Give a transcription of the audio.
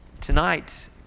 Tonight